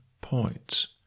points